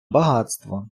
багатство